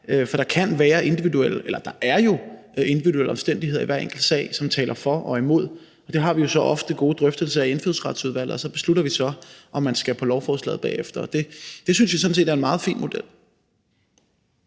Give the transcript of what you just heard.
for der kan være individuelle, eller der er jo individuelle omstændigheder i hver enkelt sag, som taler for og imod. Og det har vi så ofte gode drøftelser af i Indfødsretsudvalget, og så beslutter vi bagefter, om man skal på lovforslaget. Og det synes jeg sådan set er en meget fin model.